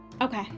Okay